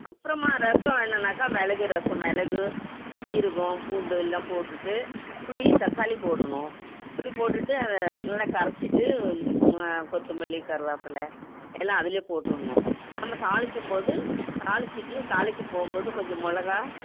அப்புறமா ரசம் என்னென்னாக்கா மிளகு ரசம் மிளகு சீரகம் பூண்டு எல்லாம் போட்டுவிட்டு புளி தக்காளி போடணும் புளி போட்டுவிட்டு அதை நல்லா கரைச்சிட்டு ம கொத்தமல்லி கருவேப்பில்ல எல்லா அதிலே போட்டுடணும் நம்ம தாளிக்கும்போது தாளிச்சுட்டு தாளிக்கும் போகும்போது கொஞ்சம் மிளகா